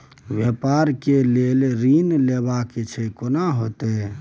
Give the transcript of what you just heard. व्यापार के लेल ऋण लेबा छै केना होतै?